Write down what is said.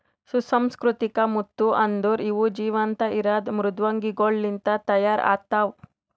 ಸುಸಂಸ್ಕೃತಿಕ ಮುತ್ತು ಅಂದುರ್ ಇವು ಜೀವಂತ ಇರದ್ ಮೃದ್ವಂಗಿಗೊಳ್ ಲಿಂತ್ ತೈಯಾರ್ ಆತ್ತವ